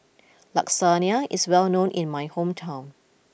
Lasagna is well known in my hometown